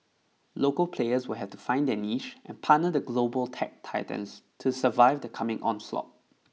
local players will have to find their niche and partner the global tech titans to survive the coming onslaught